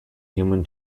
human